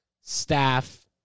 staff